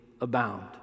abound